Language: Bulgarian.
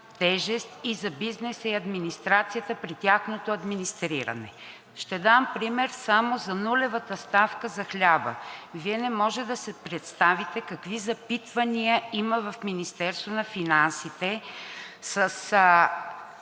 тежест и за бизнеса, и за администрацията при тяхното администриране. Ще дам пример само за нулевата ставка за хляба. Вие не може да си представите какви запитвания има в Министерството на финансите със